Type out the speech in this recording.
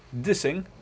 dissing